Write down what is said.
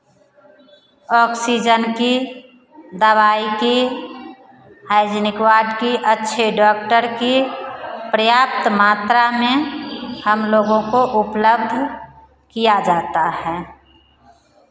oxygen की दवाई की हाइजीनिक वार्ड की अच्छे डॉक्टर की पर्याप्त मात्रा में हम लोगों को उपलब्ध किया जाता है